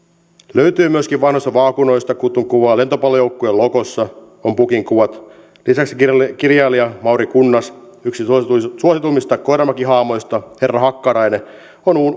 löytyy myöskin vanhoista vaakunoista kutun kuvaa lentopallojoukkueen logossa on pukin kuvat lisäksi kirjailija kirjailija mauri kunnas yksi suosituimmista suosituimmista koiramäki hahmoista herra hakkarainen on